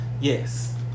Yes